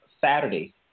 Saturday